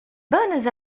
bonnes